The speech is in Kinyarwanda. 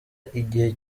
igihe